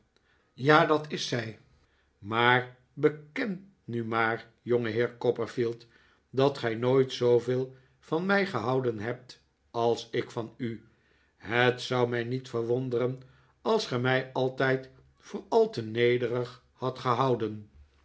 ja dat is zij maar beken nu maar jongeheer copperfield dat gij nooit zooveel van mij gehouden hebt als ik van u het zou mij niet verwonderen als ge mij altijd voor al te nederig hadt gehouden